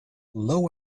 low